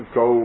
go